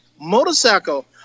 motorcycle